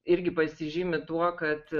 irgi pasižymi tuo kad